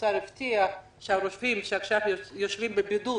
שהאוצר אמר שהרופאים שעכשיו יושבים בבידוד